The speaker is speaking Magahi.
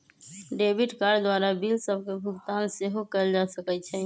डेबिट कार्ड द्वारा बिल सभके भुगतान सेहो कएल जा सकइ छै